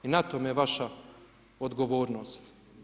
I na tome je vaša odgovornost.